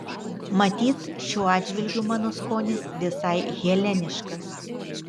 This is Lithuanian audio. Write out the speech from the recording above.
matyt šiuo atžvilgiu mano skonis visai heleniškas